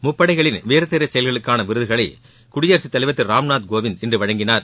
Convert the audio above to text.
முப்படைகளின் வீர தீரச் செயல்களுக்கான விருதுகளை குடியரசுத் தலைவர் திரு ராம்நாத் கோவிந்த் இன்று வழங்கினார்